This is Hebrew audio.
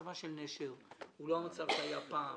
שמצבה של נשר הוא לא המצב שהיה פעם.